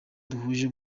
duhuje